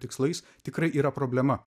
tikslais tikrai yra problema